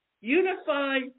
Unify